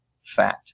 fat